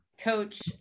Coach